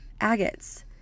agates